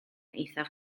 eithaf